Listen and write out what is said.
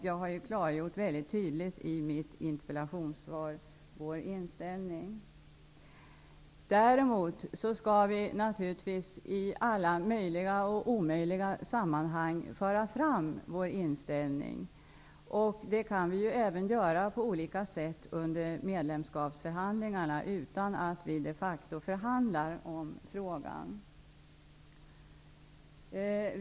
Jag har väldigt tydligt i mitt interpellationssvar klargjort vår inställning. Däremot skall vi naturligtvis i alla möjliga och omöjliga sammanhang föra fram vår inställning. Det kan vi på olika sätt göra även under medlemskapsförhandlingarna utan att vi de facto förhandlar om frågan.